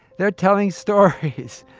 they're telling stories.